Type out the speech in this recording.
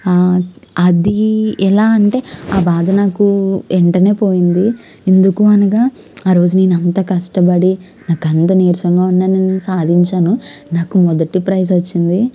అది ఎలా అంటే ఆ బాధ నాకు ఎంటనే పోయింది ఎందుకు అనగా ఆరోజు నేను అంత కష్టపడి నాకంత నీరసంగా ఉన్న నేను సాధించాను నాకు మొదటి ప్రైజ్ వచ్చింది